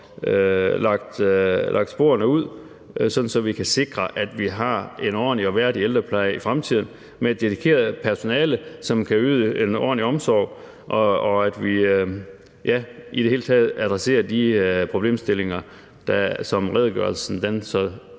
lagt sporene ud, sådan at vi kan sikre, at vi har en ordentlig og værdig ældrepleje i fremtiden med et dedikeret personale, som kan yde en ordentlig omsorg, og at vi i det hele taget adresserer de problemstillinger, som redegørelsen